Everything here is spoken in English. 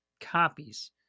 copies